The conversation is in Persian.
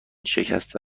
شکسته